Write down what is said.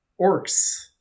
Orcs